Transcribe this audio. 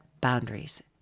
boundaries